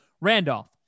Randolph